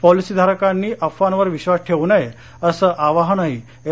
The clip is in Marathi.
पॉलिसी धारकांनी अफवांवर विश्वास ठेवू नये असं आवाहनही एल